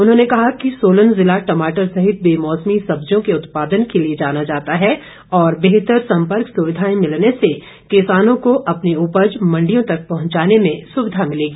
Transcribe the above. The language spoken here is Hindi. उन्होंने कहा कि सोलन जिला टमाटर सहित बेमौसमी सब्जियों के उत्पादन के लिए जाना जाता है और बेहतर संपर्क सुविधाएं मिलने से किसानों को अपनी उपज मंडियों तक पहुंचाने में सुविधा मिलेगी